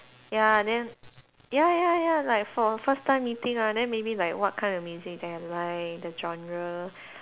ya then ya ya ya like for a first time meeting ah then maybe like what kind of music that I like the genre